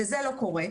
וזה לא קורה,